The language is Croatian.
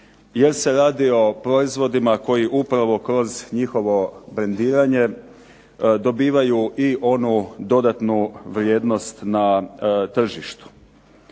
jer se radi o proizvodima koji upravo kroz njihovo brendiranje dobivaju i onu dodatnu vrijednost na tržištu.